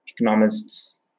economists